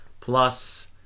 Plus